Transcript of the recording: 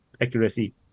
accuracy